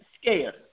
scared